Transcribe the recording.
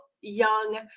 young